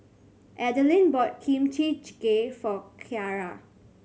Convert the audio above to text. Adelyn bought Kimchi Jjigae for Kyara